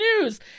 news